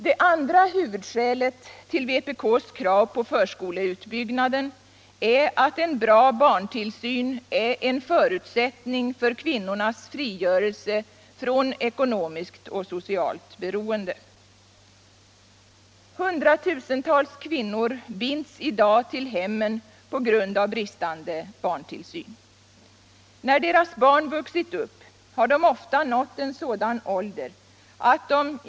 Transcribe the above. Det andra huvudskälet till vpk:s krav på förskoleutbyggnaden är att en bra barntillsyn är en förutsättning för kvinnornas frigörelse från ekonomiskt och socialt beroende. Hundratusentals kvinnor binds i dag till hemmen på grund av bristande barntillsyn. När deras barn vuxit upp har dessa kvinnor nått en sådan ålder att de.